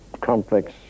complex